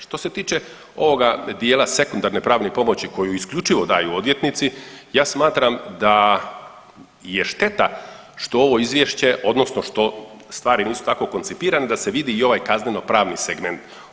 Što se tiče ovoga dijela sekundarne pravne pomoći koju isključivo daju odvjetnici, ja smatram da je šteta što ovo izvješće odnosno što stvari nisu tako koncipirane da se vidi i ovaj kazneno pravni segment.